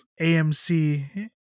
AMC